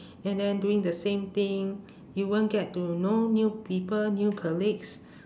and then doing the same thing you won't get to know new people new colleagues